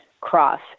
cross